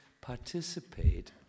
participate